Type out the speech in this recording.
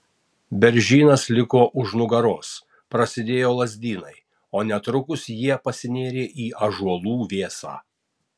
beržynas liko už nugaros prasidėjo lazdynai o netrukus jie pasinėrė į ąžuolų vėsą